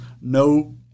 no